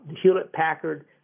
Hewlett-Packard